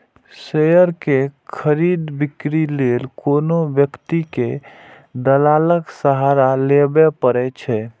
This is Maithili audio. शेयर के खरीद, बिक्री लेल कोनो व्यक्ति कें दलालक सहारा लेबैए पड़ै छै